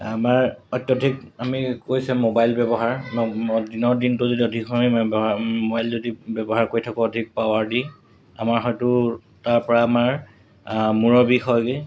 আমাৰ অত্যাধিক আমি কৈছোৱে মোবাইল ব্যৱহাৰ দিনৰ দিনটো যদি অধিক সময় আমি ব্যৱহাৰ মোবাইল যদি ব্যৱহাৰ কৰি থাকোঁ অধিক পাৱাৰ দি আমাৰ হয়তো তাৰপৰা আমাৰ মূৰৰ বিষ হয়গৈ